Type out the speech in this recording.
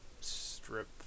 strip